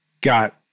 got